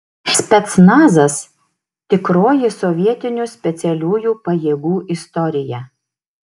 specnazas tikroji sovietinių specialiųjų pajėgų istorija